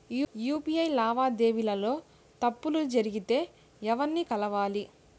UPI లావాదేవీల లో తప్పులు జరిగితే ఎవర్ని కలవాలి?